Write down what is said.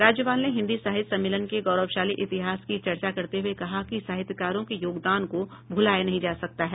राज्यपाल ने हिन्दी साहित्य सम्मेलन के गौरवशाली इतिहास की चर्चा करते हुए कहा कि साहित्यकारों के योगदान को भुलाया नहीं जा सकता है